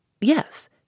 Yes